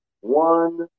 one